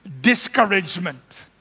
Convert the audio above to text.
discouragement